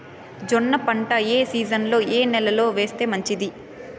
జొన్న పంట ఏ సీజన్లో, ఏ నెల లో వేస్తే మంచిది?